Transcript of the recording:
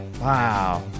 Wow